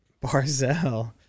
Barzell